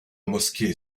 mosquée